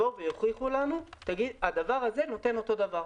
שיוכיחו לנו שהטכנולוגיה הזאת נותנת אותו דבר.